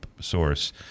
source